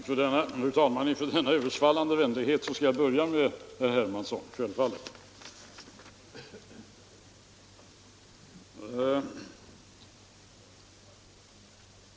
Fru talman! Inför denna översvallande vänlighet skall jag självfallet börja med herr Hermansson.